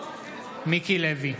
מיקי לוי,